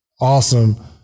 awesome